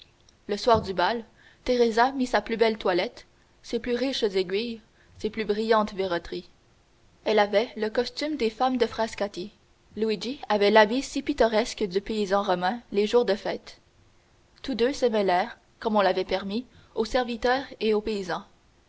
le soir du bal teresa mit sa plus belle toilette ses plus riches aiguilles ses plus brillantes verroteries elle avait le costume des femmes de frascati luigi avait l'habit si pittoresque du paysan romain les jours de fête tous deux se mêlèrent comme on l'avait permis aux serviteurs et aux paysans